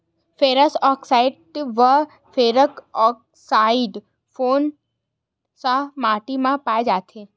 Ferrous oxide व ferric oxide कोन सा माटी म पाय जाथे?